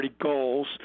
goals